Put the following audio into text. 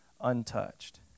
untouched